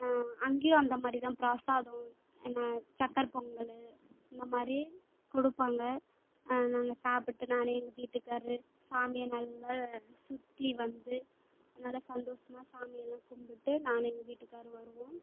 அங்கேயும் அந்த மாதிரி தான் பிரசாதம் சக்கரை பொங்கல் இந்த மாதிரி கொடுப்பாங்க நாங்கள் சாப்பிட்டு நான் எங்கள் வீட்டுக்காரரு சாமியை நல்லா சுற்றி வந்து நல்லா சந்தோஷமா சாமி எல்லாம் கும்பிட்டு நானும் எங்கள் வீட்டுக்காரரும் வருவோம்